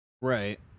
Right